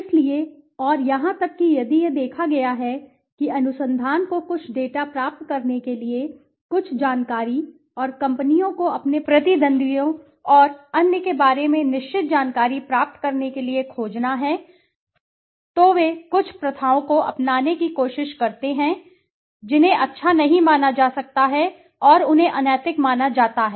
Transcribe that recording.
इसलिए और यहां तक कि यदि यह देखा गया है कि अनुसंधान को कुछ डेटा प्राप्त करने के लिए कुछ जानकारी और कंपनियों को अपने प्रतिद्वंद्वियों और अन्य के बारे में निश्चित जानकारी प्राप्त करने के लिए खोजना है तो वे कुछ प्रथाओं को अपनाने की कोशिश करते हैं जिन्हें अच्छा नहीं माना जा सकता है और उन्हें अनैतिक माना जाता है